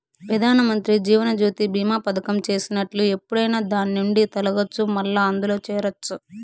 పెదానమంత్రి జీవనజ్యోతి బీమా పదకం చేసినట్లు ఎప్పుడైనా దాన్నిండి తొలగచ్చు, మల్లా అందుల చేరచ్చు